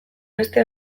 beste